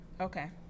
Okay